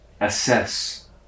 assess